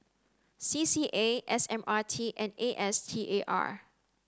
C C A S M R T and A S T A R